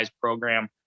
program